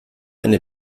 eine